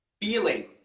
feeling